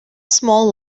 small